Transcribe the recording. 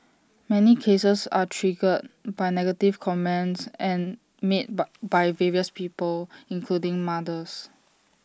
many cases are triggered by negative comments and made by by various people including mothers